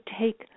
take